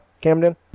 Camden